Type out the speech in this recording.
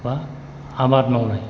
बा आबाद मावनाय